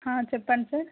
చెప్పండి సార్